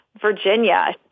Virginia